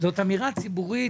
זאת אמירה ציבורית